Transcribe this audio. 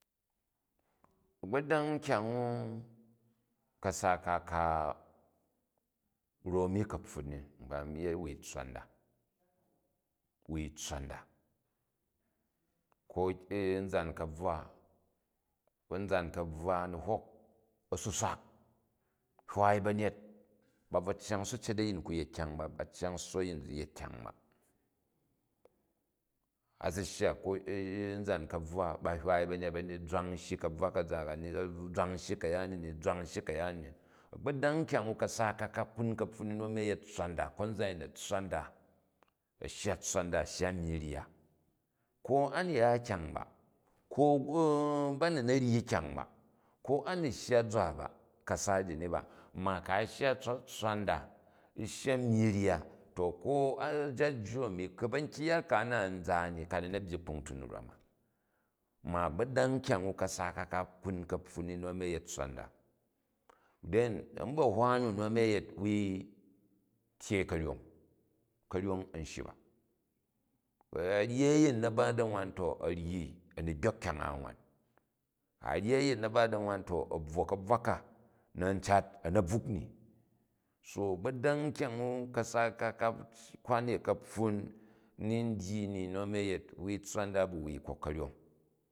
Agbodang kyang n ka̱sa ka, karo mi kapfun in nkpa a̱ni yet wui tsswa nda, wui tsswa nda, konzan ka̱bvwa, konzan kabvwa, a̱ ni hok a̱suswak hwaai ba̱nyet, ba bvo cyang sucet a̱yin ku yet kyang ba, ba cyang sso a̱yin ziyet kyang ba. A si shya konzan ka̱bvwa ba hywaai ba̱nyet, zwang shyi ka̱bvwa ka̱za ni, zwang shyi ka ya ni ni, zwang shyi kaya ni ni. A̱gbodang kyang u ka̱sa ka kum ka̱pfun in nu a̱ni a̱yet tsswa nda, konzan a̱yiu a̱ tsswa nda a shya tssiva nda, a̱ shya myyi rya. Ko a̱n ya kyang ba, ko ba ni na ryi kyang ba, ko a ni shya zwa ba kasa ji ui ba, ma ku̱ a shya tsswa nda, u̱ shya myyi rga to ko a̱jajwu a̱ni, kaba kyang-ya ka-a na n za ni kani na̱ byyi kpu tun u rwan. Ma a̱gbodang kyang u̱ ka̱sak ka, ka kun ka̱pfun in nu a̱ni a̱yet tsswa nda. Than, a̱mba̱ hwa un nu a̱m a̱ yet, wui tyyei ka̱ryong. Ka̱ryong a̱n shyi ba. Ku̱ a ryi a̱yin na ba da̱ nwan to a̱ ryi a̱ ni gbok kyang a nwan. Ku̱ a ryi a̱yin na̱ ba da nwan to a̱ bvwo ka̱bvwa ka, na̱ n cat a̱ na̱ bvuk ni. So a̱gbodang kyang u ka̱sa ka ka kwani ni kapfun ni, n dyi ni nu a̱ni a̱ yet wui tssna nda bu wui kok karyong